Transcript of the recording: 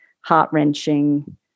heart-wrenching